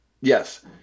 yes